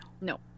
no